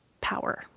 power